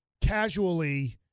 casually